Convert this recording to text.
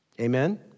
Amen